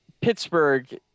Pittsburgh